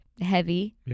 heavy